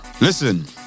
listen